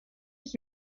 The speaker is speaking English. its